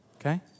okay